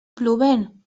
plovent